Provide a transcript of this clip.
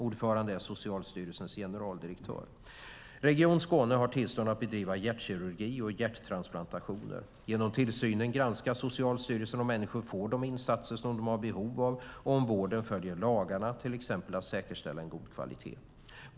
Ordförande är Socialstyrelsens generaldirektör. Region Skåne har tillstånd att bedriva hjärtkirurgi och hjärttransplantationer. Genom tillsynen granskar Socialstyrelsen om människor får de insatser som de har behov av och om vården följer lagarna, till exempel att säkerställa en god kvalitet.